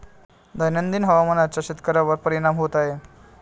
दैनंदिन हवामानाचा शेतकऱ्यांवर परिणाम होत आहे